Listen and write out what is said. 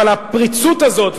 אבל הפריצות הזאת,